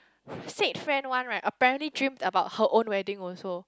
said friend one right apparently dreamt about her own wedding also